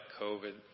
COVID